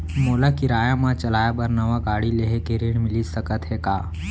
मोला किराया मा चलाए बर नवा गाड़ी लेहे के ऋण मिलिस सकत हे का?